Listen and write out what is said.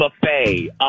buffet